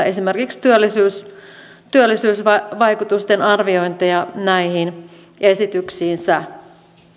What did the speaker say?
esimerkiksi työllisyysvaikutusten arviointeja näihin esityksiinsä